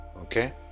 Okay